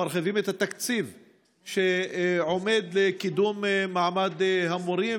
מרחיבים את התקציב שעומד לקידום מעמד המורים.